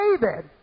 David